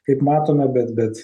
kaip matome bet bet